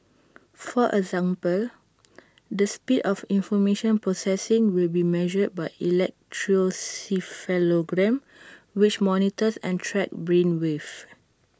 for example the speed of information processing will be measured by electroencephalogram which monitors and tracks brain waves